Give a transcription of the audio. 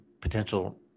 potential